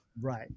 Right